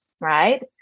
right